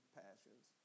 passions